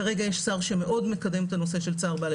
כרגע יש שר שמאוד מקדם את הנושא של צער בעלי